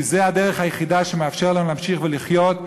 כי זאת הדרך היחידה שמאפשרת לנו להמשיך לחיות,